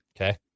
Okay